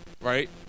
right